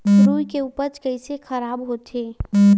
रुई के उपज कइसे खराब होथे?